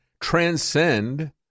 transcend